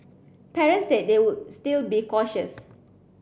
parents said they would still be cautious